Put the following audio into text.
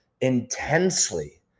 intensely